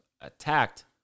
attacked